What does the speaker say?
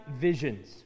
visions